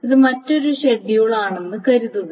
ഇത് മറ്റൊരു ഷെഡ്യൂൾ ആണെന്ന് കരുതുക